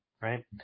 right